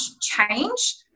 change